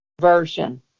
version